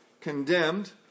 condemned